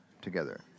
together